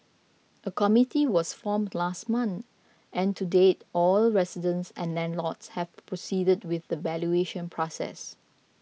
a committee was formed last month and to date all residents and landlords have proceeded with the valuation process